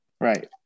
right